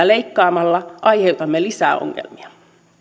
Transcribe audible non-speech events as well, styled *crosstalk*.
*unintelligible* leikkaamalla aiheutamme lisää ongelmia